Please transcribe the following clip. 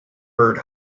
bird